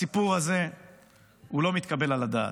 הסיפור הזה לא מתקבל על הדעת.